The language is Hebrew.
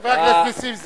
חבר הכנסת נסים זאב.